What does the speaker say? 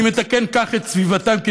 אני מתקן כך את סביבתם,